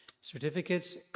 certificates